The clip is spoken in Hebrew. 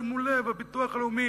שימו לב, הביטוח הלאומי,